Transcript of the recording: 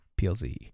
plz